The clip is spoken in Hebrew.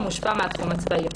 המושפע מן התחום הצבאי.